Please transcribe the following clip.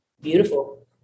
Beautiful